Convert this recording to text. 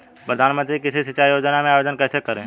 प्रधानमंत्री कृषि सिंचाई योजना में आवेदन कैसे करें?